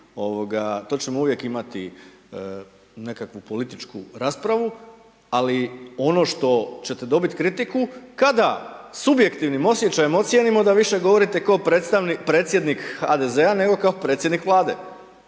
to ćemo uvijek imati nekakvu političku raspravu, ali ono što ćete dobiti kritiku, kada subjektivnim osjećajem ocijenimo da više govorite kao predsjednik HDZ-a nego kao predsjednik Vlade.